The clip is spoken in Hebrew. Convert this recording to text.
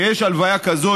שכשיש הלוויה כזאת,